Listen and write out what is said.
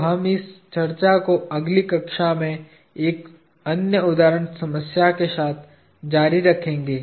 तो हम इस चर्चा को अगली कक्षा में एक अन्य उदाहरण समस्या के साथ जारी रखेंगे